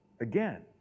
again